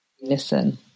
Listen